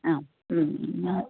ആ മ് ന്ന